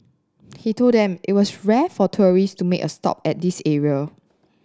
he told them it was rare for tourist to make a stop at this area